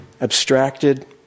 abstracted